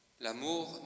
L'amour